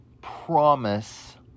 promise